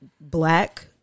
black